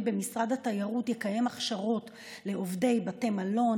במשרד התיירות יקיים הכשרות לעובדי בתי מלון,